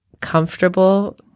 comfortable